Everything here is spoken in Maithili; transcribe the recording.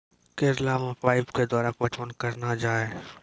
करेला मे पाइप के द्वारा पटवन करना जाए?